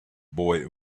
boy